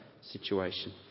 situation